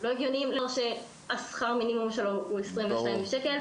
אני בת 16, השכר הוא 22 שקלים לשעה.